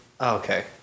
okay